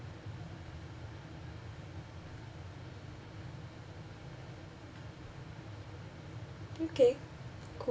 okay cool